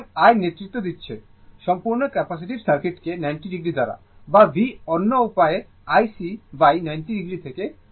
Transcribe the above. সুতরাং I নেতৃত্ব দিচ্ছে সম্পূর্ণ ক্যাপাসিটিভ সার্কিটকে 90o দ্বারা বা V অন্য উপায়ে IC90o থেকে ছেড়ে দেয়